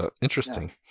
interesting